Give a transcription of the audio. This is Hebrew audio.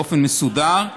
באופן מסודר,